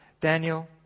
Daniel